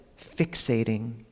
fixating